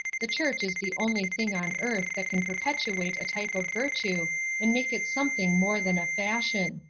the church is the only thing on earth that can perpetuate a type of virtue and make it something more than a fashion.